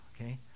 Okay